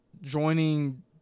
joining